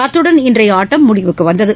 அத்துடன் இன்றைய ஆட்டம் முடிவுக்கு வந்தது